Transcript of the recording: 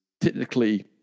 technically